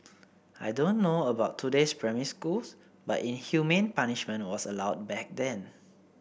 I don't know about today's primary schools but inhumane punishment was allowed back then